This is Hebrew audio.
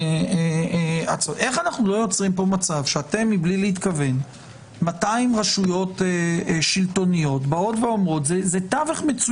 אנו נמצאים במצב שהודעות שירותיות רבות לא יוכלו להישלח.